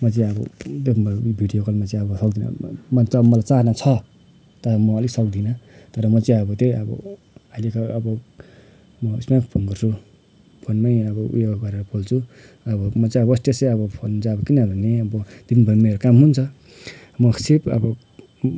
म चाहिँ अब भिडियो कलमा चाहिँ अब मन त मलाई चाहना छ तर म अलिक सक्दिनँ तर म चाहिँ अब त्यही अब अहिलेको अब म उइसमै फोन गर्छु फोनमै अब उयो गरेर बोल्छु अब म चाहिँ अब वेस्टेज चाहिँ अब फोन चाहिँ अब किनभने अब दिनभरि मेरो काम हुन्छ म सिर्फ अब